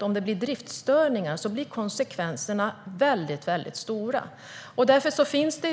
Om det blir driftstörningar blir konsekvenserna mycket stora. Därför finns det